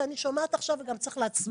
כשאני שומעת עכשיו וגם צריך להצביע.